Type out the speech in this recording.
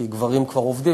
כי גברים כבר עובדים,